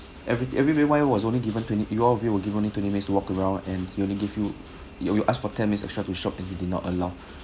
every everyone was only given twenty you all of you were given only twenty minutes walk around and he only give you you you ask for ten minutes extra to shop and he did not allow